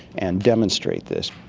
and demonstrate this.